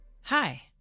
Hi